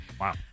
Wow